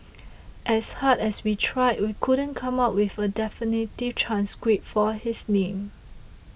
as hard as we tried we couldn't come up with a definitive transcript for his name